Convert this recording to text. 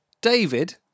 David